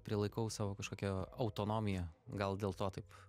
prilaikau savo kažkokią autonomiją gal dėl to taip